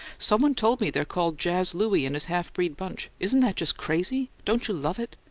someone told me they're called jazz louie and his half-breed bunch isn't that just crazy? don't you love it?